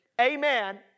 amen